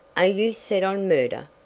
are you set on murder?